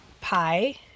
pie